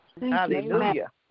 Hallelujah